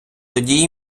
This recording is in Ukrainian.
тоді